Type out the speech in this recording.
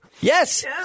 Yes